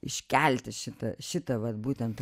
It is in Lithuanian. iškelti šitą šitą vat būtent